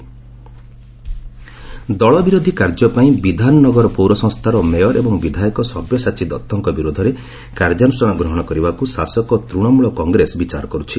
TMC anti party ଦଳବିରୋଧୀ କାର୍ଯ୍ୟପାଇଁ ବିଧାନନଗର ପୌର ସଂସ୍ଥାର ମେୟର୍ ଏବଂ ବିଧାୟକ ସବ୍ୟସାଚୀ ଦଉଙ୍କ ବିରୋଧରେ କାର୍ଯ୍ୟାନୁଷ୍ଠାନ ଗ୍ରହଣ କରିବାକୁ ଶାସକ ତୃଣମୂଳ କଂଗ୍ରେସ ବିଚାର କରୁଛି